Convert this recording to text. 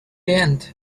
end